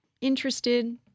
interested